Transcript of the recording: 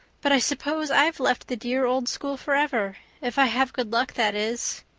but i suppose i've left the dear old school forever if i have good luck, that is.